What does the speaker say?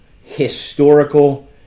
historical